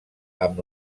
amb